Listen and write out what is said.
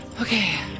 Okay